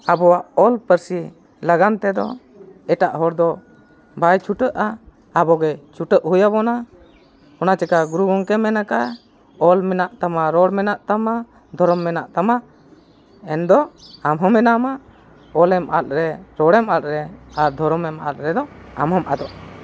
ᱟᱵᱚᱣᱟᱜ ᱚᱞ ᱯᱟᱹᱨᱥᱤ ᱞᱟᱜᱟᱱ ᱛᱮᱫᱚ ᱮᱴᱟᱜ ᱦᱚᱲ ᱫᱚ ᱵᱟᱭ ᱪᱷᱩᱴᱟᱹᱜᱼᱟ ᱟᱵᱚᱜᱮ ᱪᱷᱩᱴᱟᱹᱜ ᱦᱩᱭ ᱟᱵᱚᱱᱟ ᱚᱱᱟ ᱪᱤᱠᱟᱹ ᱜᱩᱨᱩ ᱜᱚᱢᱠᱮ ᱢᱮᱱ ᱠᱟᱜᱼᱟᱭ ᱚᱞ ᱢᱮᱱᱟᱜ ᱛᱟᱢᱟ ᱨᱚᱲ ᱢᱮᱱᱟᱜ ᱫᱷᱚᱨᱚᱢ ᱢᱮᱱᱟᱜ ᱛᱟᱢᱟ ᱢᱮᱱᱫᱚ ᱟᱢᱦᱚᱸ ᱢᱮᱱᱟᱢᱟ ᱚᱞᱮᱢ ᱟᱫ ᱞᱮᱨᱮ ᱨᱚᱲᱮᱢ ᱟᱫᱞᱮ ᱫᱷᱚᱨᱚᱢᱮᱢ ᱟᱫᱚ ᱞᱮᱫᱚ ᱟᱢ ᱦᱚᱢ ᱟᱫᱚᱜ